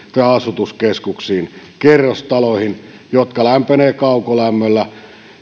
ja asutuskeskuksiin kerrostaloihin jotka lämpenevät kaukolämmöllä